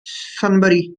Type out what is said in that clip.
sunbury